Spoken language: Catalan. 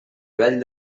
vell